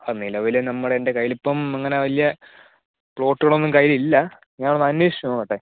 ആ നിലവിൽ നമ്മൾ എൻ്റെ കയ്യിലിപ്പം അങ്ങനെ വലിയ പ്ലോട്ടുകളൊന്നും കയ്യിലില്ല ഞാനൊന്നന്വേഷിച്ചു നോക്കട്ടെ